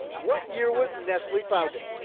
what year was nestle founded?